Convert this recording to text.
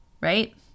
right